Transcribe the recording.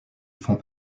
font